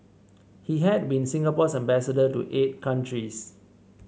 he had been Singapore's ambassador to eight countries